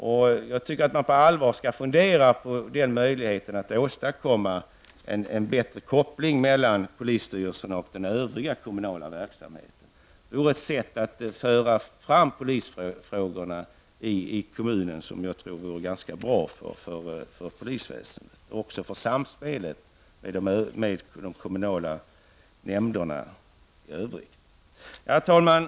Jag tycker att man på allvar skall fundera på den möjligheten att åstadkomma en bättre koppling mellan polisstyrelsen och den övriga kommunala verksamheten. Det vore ett sätt att föra fram polisfrågorna i kommunen, som jag tror vore ganska bra för polisväsendet och även för samspelet med de kommunala nämnderna. Herr talman!